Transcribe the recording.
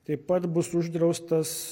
taip pat bus uždraustas